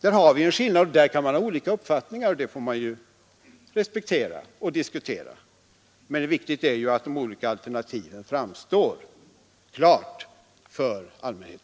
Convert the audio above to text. Där har vi en skillnad. Man kan ha olika uppfattningar, och det kan respekteras och diskuteras. Men viktigt är ju att de olika alternativen framstår klart för allmänheten.